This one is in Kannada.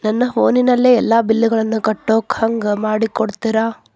ನನ್ನ ಫೋನಿನಲ್ಲೇ ಎಲ್ಲಾ ಬಿಲ್ಲುಗಳನ್ನೂ ಕಟ್ಟೋ ಹಂಗ ಮಾಡಿಕೊಡ್ತೇರಾ?